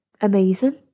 amazing